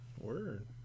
Word